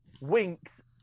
winks